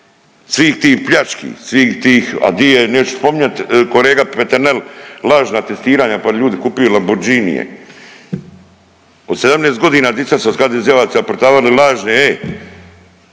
svih tih, a di je neću spominjati kolega Peternel lažna testiranja, pa ljudi kupuju Lamborghinije. Od 17 godina dica su od HDZ-ovaca prodavali lažne,